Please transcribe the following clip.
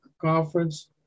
Conference